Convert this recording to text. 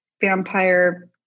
vampire